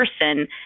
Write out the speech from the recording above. person